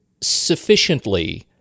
sufficiently